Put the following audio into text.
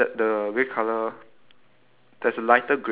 right okay there's a lamppost which is in grey colour